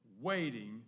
waiting